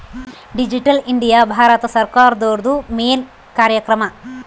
digital India Bharat ಸರ್ಕಾರ್ದೊರ್ದು main ಕಾರ್ಯಕ್ರಮ